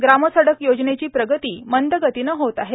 ग्रामसडक योजनेची प्रगती मंद गतीनं होत आहे